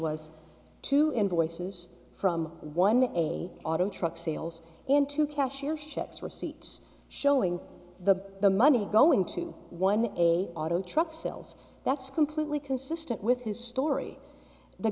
was two invoices from one eight auto truck sales into cash airships receipts showing the the money going to one a auto truck sales that's completely consistent with his story the